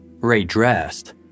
redressed